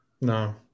no